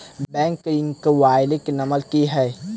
Balance inquiry number की है?